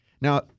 Now